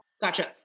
gotcha